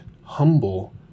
humble